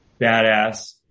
badass